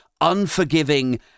unforgiving